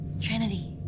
Trinity